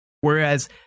Whereas